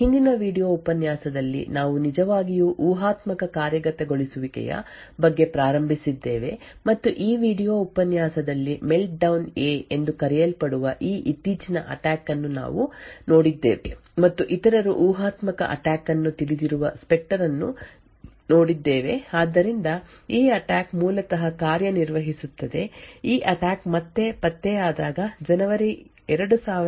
ಹಿಂದಿನ ವೀಡಿಯೊ ಉಪನ್ಯಾಸದಲ್ಲಿ ನಾವು ನಿಜವಾಗಿಯೂ ಊಹಾತ್ಮಕ ಕಾರ್ಯಗತಗೊಳಿಸುವಿಕೆಯ ಬಗ್ಗೆ ಪ್ರಾರಂಭಿಸಿದ್ದೇವೆ ಮತ್ತು ಈ ವೀಡಿಯೊ ಉಪನ್ಯಾಸದಲ್ಲಿ ಮೆಲ್ಟ್ಡೌನ್ ಎ ಎಂದು ಕರೆಯಲ್ಪಡುವ ಈ ಇತ್ತೀಚಿನ ಅಟ್ಯಾಕ್ ಯನ್ನು ನಾವು ನೋಡಿದ್ದೇವೆ ಮತ್ತು ಇತರರು ಊಹಾತ್ಮಕ ಅಟ್ಯಾಕ್ ಯನ್ನು ತಿಳಿದಿರುವ ಸ್ಪೆಕ್ಟರ್ ಅನ್ನು ನೋಡಿದ್ದೇವೆ ಆದ್ದರಿಂದ ಈ ಅಟ್ಯಾಕ್ ಮೂಲತಃ ಕಾರ್ಯನಿರ್ವಹಿಸುತ್ತದೆ ಈ ಅಟ್ಯಾಕ್ ಮತ್ತೆ ಪತ್ತೆಯಾದಾಗ ಜನವರಿ 2018 ರಲ್ಲಿ ಮತ್ತು ಇಂಟೆಲ್ ಪ್ರೊಸೆಸರ್ ಗಳ ಊಹಾತ್ಮಕ ಕಾರ್ಯಗತಗೊಳಿಸುವಿಕೆಯನ್ನು ಸಹ ಬಳಸುತ್ತದೆ